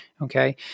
Okay